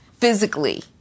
physically